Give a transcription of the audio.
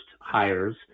hires